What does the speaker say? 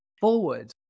forward